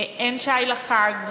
אין שי לחג,